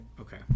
Okay